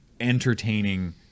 entertaining